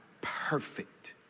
perfect